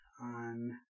on